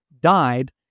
died